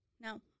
No